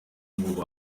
ngo